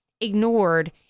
ignored